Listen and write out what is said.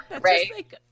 right